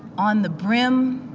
on the brim,